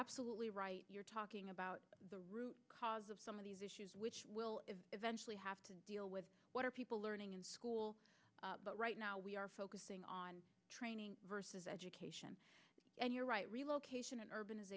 absolutely right you're talking about the root cause of some of these issues which will eventually have to deal with what are people learning in school but right now we are focusing on training versus education and you're right relocation and urban